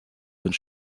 sind